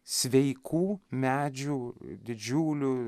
sveikų medžių didžiulių